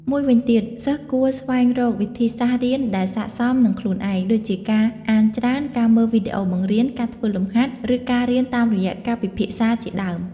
មួយវិញទៀត សិស្សគួរស្វែងរកវិធីសាស្រ្តរៀនដែលស័ក្តិសមនឹងខ្លួនឯង ដូចជាការអានច្រើន ការមើលវីដេអូបង្រៀន ការធ្វើលំហាត់ ឬការរៀនតាមរយៈការពិភាក្សាជាដើម។